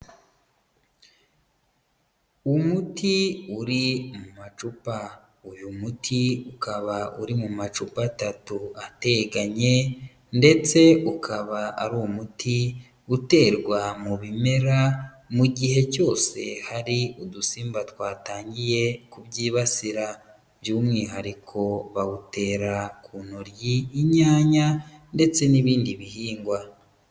Umuti uri mu macupa, uyu muti ukaba uri mu macupa atatu ateganye ndetse ukaba ari umuti uterwa mu bimera mu gihe cyose hari udusimba twatangiye kubyibasira, by'umwihariko bawutera ku ntoryi, inyanya ndetse n'ibindi bihingwa.